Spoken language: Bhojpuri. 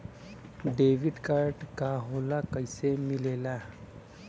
डेबिट कार्ड का होला कैसे मिलेला?